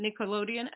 Nickelodeon